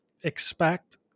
expect